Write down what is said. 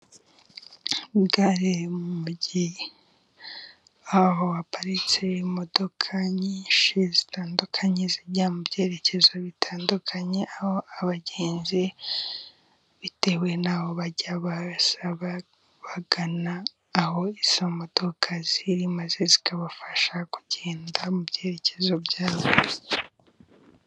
Gare yo mu mugi，aho haparitse imodoka nyinshi zitandukanye， zijya mu byerekezo bitandukanye， aho abagenzi bitewe n'aho bajya， baza bagana aho izo modoka ziri，maze zikabafasha kugenda mu byerekezo byabo.